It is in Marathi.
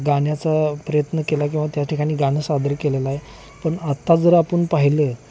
गाण्याचा प्रयत्न केला किंवा त्या ठिकाणी गाणं सादरं केलेला आहे पण आत्ता जर आपण पाहिलं